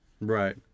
Right